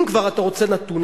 אם כבר אתה רוצה נתון,